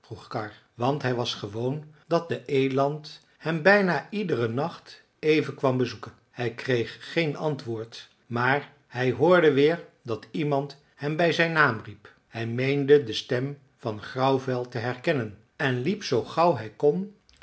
karr want hij was gewoon dat de eland hem bijna iederen nacht even kwam bezoeken hij kreeg geen antwoord maar hij hoorde weer dat iemand hem bij zijn naam riep hij meende de stem van grauwvel te herkennen en liep zoo gauw hij kon